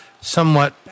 somewhat